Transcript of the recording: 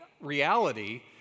reality